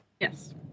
Yes